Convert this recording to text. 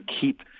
keep